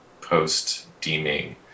post-deeming